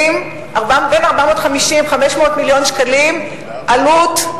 500 מיליון שקלים עלות,